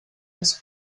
los